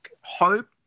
hope